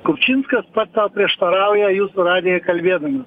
kupčinskas pats sau prieštarauja jūsų radijoj kalbėdamas